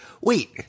Wait